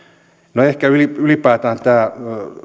no ehkä ylipäätään tämä